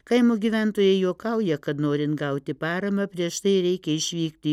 kaimo gyventojai juokauja kad norint gauti paramą prieš tai reikia išvykti į